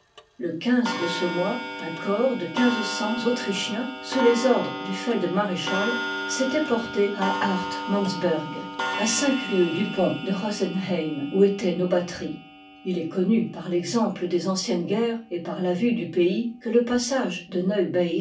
le de ce mois un corps de quinze cents autrii cliiens sous les ordres du feld maréchai s'ëtoit porté à hartmansberg à cinq lieues du pont de rozenheim où étoient nos batteries il est connu par l'exemple des anciennes guerres et par la vue du pays que le passage de